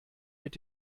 mit